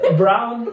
brown